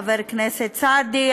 חבר הכנסת סעדי,